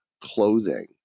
clothing